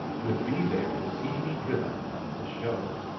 would be there to see me driven from the show.